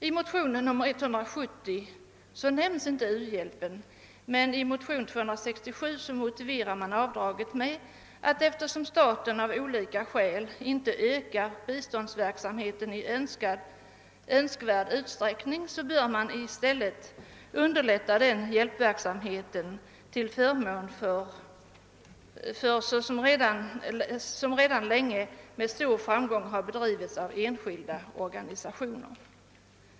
I motionen II: 170 nämns inte u-hjälpen, men i motion II: 267 motiveras avdraget med att eftersom staten av olika skäl inte ökar biståndsverksamheten i önskvärd utsträckning bör i stället den hjälpverksamhet underlättas som redan länge bedrivits med stor framgång av enskilda organisationer.